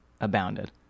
abounded